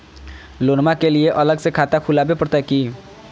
लोनमा के लिए अलग से खाता खुवाबे प्रतय की?